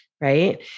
Right